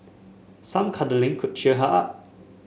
some cuddling could cheer her up